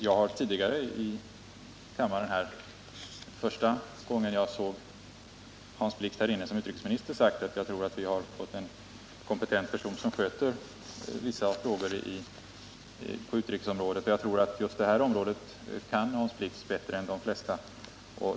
Jag har tidigare här i kammaren — det var första gången jag såg Hans Blix här som utrikesminister — sagt att jag tror att vi har fått en kompetent person att sköta vissa frågor på utrikesområdet, och just det här området kan nog Hans Blix bättre än de flesta.